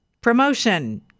promotion